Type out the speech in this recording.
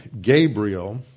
Gabriel